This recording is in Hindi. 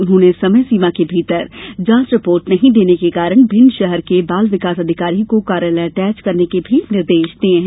उन्होंने समय सीमा के भीतर जांच रिपोर्ट नहीं देने के कारण भिण्ड शहर के बाल विकास अधिकारी को कार्यालय अटैच करने के भी निर्देश दिये हैं